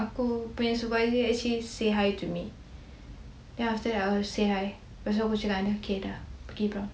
aku punya supervisor actually say hi to me then after that I will say hi then okay dah pergi berambos